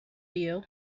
you